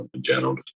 general